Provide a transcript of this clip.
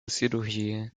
cirurgia